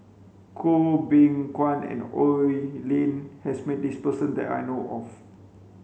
Goh Beng Kwan and Oi Lin has met this person that I know of